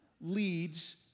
leads